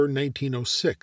1906